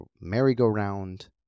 merry-go-round